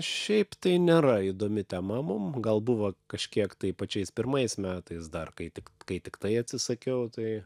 šiaip tai nėra įdomi tema mum gal buvo kažkiek tai pačiais pirmais metais dar kai tik kai tiktai atsisakiau tai